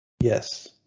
Yes